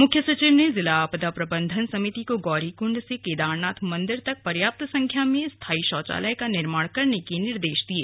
मुख्य सचिव ने जिला आपदा प्रबंधन समिति को गौरीकृण्ड से केदारनाथ मंदिर तक पर्याप्त संख्या में स्थाई शौचालय का निर्माण करने के निर्देश दिये